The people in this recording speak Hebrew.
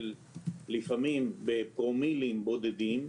לפעמים בפרומילים בודדים,